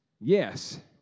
yes